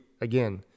again